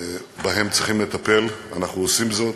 שבהם צריכים לטפל, אנחנו עושים זאת,